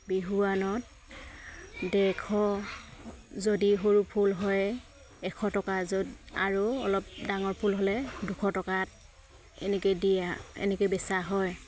বিহুৱানত ডেৰশ যদি সৰু ফুল হয় এশ টকা য'ত আৰু অলপ ডাঙৰ ফুল হ'লে দুশ টকাত এনেকৈয়ে দিয়ে এনেকৈয়ে বেচা হয়